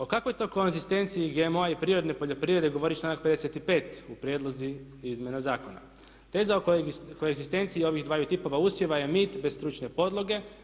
O kakvoj to konzistenciji GMO-a i prirodne poljoprivredne govori članak 55. u prijedlogu izmjena zakona … koegzistenciji ovih dvaju tipova usjeva je mit bez stručne podloge.